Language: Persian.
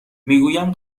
میگویم